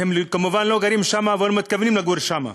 כמובן לא גרים שם ולא מתכוונים לגור שם.